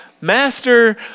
Master